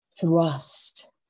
thrust